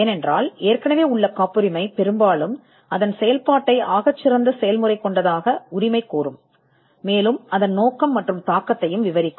ஏனென்றால் தற்போதுள்ள காப்புரிமை அதன் சிறந்த முறையானது செயல்படுவதாகக் கூறுகிறது இது பொருள் மற்றும் தாக்கத்தையும் விவரிக்கும்